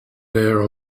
there